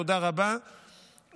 תודה רבה,